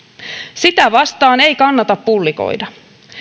sitä vastaan ei kannata pullikoida